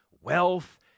wealth